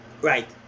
right